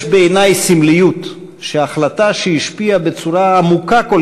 יש בעיני סמליות בכך שהחלטה שהשפיעה בצורה עמוקה כל